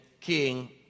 King